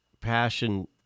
passion